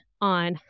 on